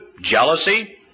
jealousy